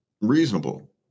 reasonable